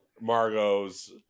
Margot's